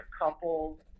couples